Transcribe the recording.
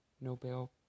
Nobel